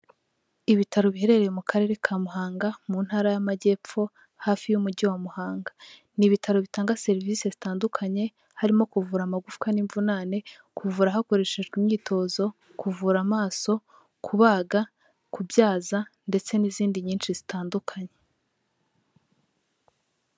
Ibitaro biherereye mu karere ka Muhanga, mu ntara y'Amajyepfo hafi y'umujyi wa Muhanga, ni ibitaro bitanga serivisi zitandukanye harimo kuvura amagufwa n'immvunane, kuvura hakoreshejwe imyitozo, kuvura amaso, kubaga, kubyaza ndetse n'izindi nyinshi zitandukanye.